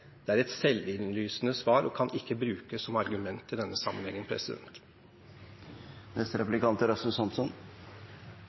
Det er et selvinnlysende svar og kan ikke brukes som argument i denne